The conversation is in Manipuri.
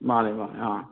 ꯃꯥꯅꯦ ꯃꯥꯅꯦ ꯑꯥ